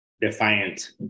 defiant